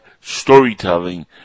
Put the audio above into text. storytelling